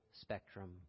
spectrum